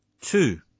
Two